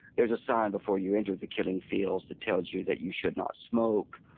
there's a sign before you enter the killing fields that tells you that you should not smoke,